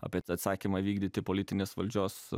apie atsakymą vykdyti politinės valdžios